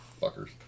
Fuckers